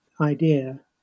idea